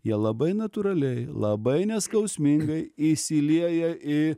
jie labai natūraliai labai neskausmingai įsilieja į